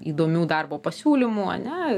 įdomių darbo pasiūlymų ane